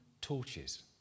torches